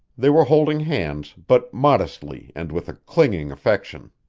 they were holding hands, but modestly and with a clinging affection.